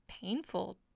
painful